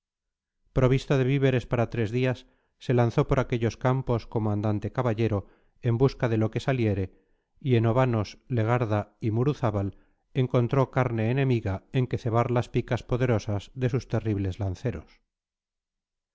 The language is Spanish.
provisto de víveres para tres días se lanzó por aquellos campos como andante caballero en busca de lo que saliere y en obanos legarda y muruzábal encontró carne enemiga en que cebar las picas poderosas de sus terribles lanceros